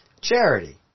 charity